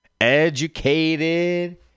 Educated